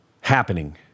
happening